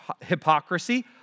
hypocrisy